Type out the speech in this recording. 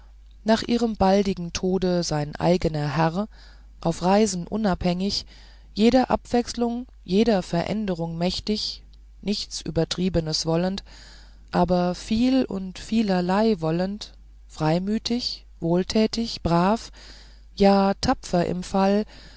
nach ihrem baldigen tode sein eigner herr auf reisen unabhängig jeder abwechslung jeder veränderung mächtig nichts übertriebenes wollend aber viel und vielerlei wollend freimütig wohltätig brav ja tapfer im fall